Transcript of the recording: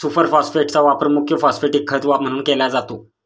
super फॉस्फेटचा वापर मुख्य फॉस्फॅटिक खत म्हणून केला जातो